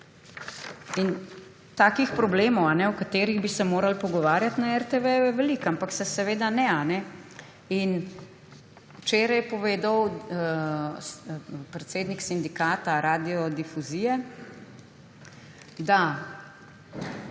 Takih problemov, o katerih bi se morali pogovarjati na RTV, je veliko, ampak se seveda ne. Včeraj je povedal predsednik Sindikata delavcev radiodifuzije, da